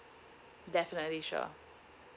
definitely sure